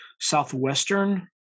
southwestern